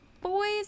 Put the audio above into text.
Boys